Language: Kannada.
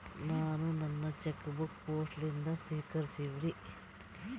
ನಾನು ನನ್ನ ಚೆಕ್ ಬುಕ್ ಪೋಸ್ಟ್ ಲಿಂದ ಸ್ವೀಕರಿಸಿವ್ರಿ